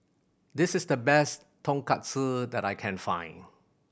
this is the best Tonkatsu that I can find